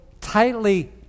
tightly